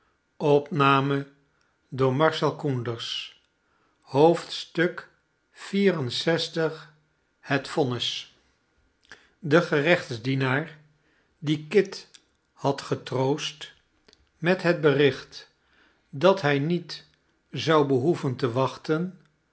lxiv het vonnis de gerechtsdienaar die kit had getroost met het bericht dat hij niet zou behoeven te wachten